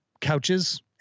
couches